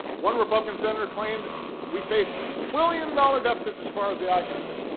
one republican senator claimed we faced trillion-dollar deficits as far as the eye can see.